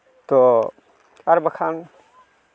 ᱛᱚ ᱟᱨ ᱵᱟᱠᱷᱟᱱ